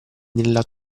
nella